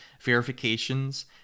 verifications